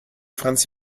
franz